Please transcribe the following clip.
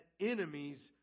enemies